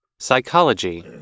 psychology